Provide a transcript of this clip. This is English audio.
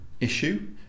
issue